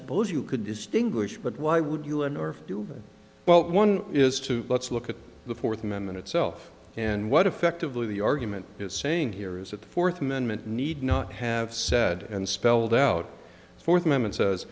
suppose you could distinguish but why would you and or do well one is to let's look at the fourth amendment itself and what effectively the argument is saying here is that the fourth amendment need not have said and spelled out the fourth amendment says